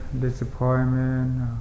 disappointment